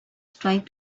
tried